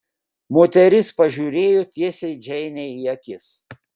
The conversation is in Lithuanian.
moteris pažiūrėjo tiesiai džeinei į akis